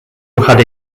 had